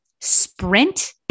sprint